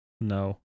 No